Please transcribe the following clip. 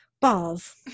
balls